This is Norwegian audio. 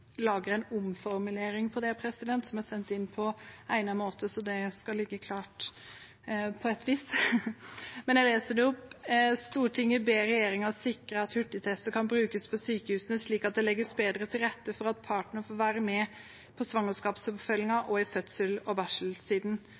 en omformulering av det som er sendt inn på egnet måte, så det skal ligge klart på. Men jeg leser det opp: «Stortinget ber regjeringen sikre at hurtigtester kan brukes på sykehusene slik at det legges bedre til rette for at partneren får være med på svangerskapsoppfølgingen og i fødsels- og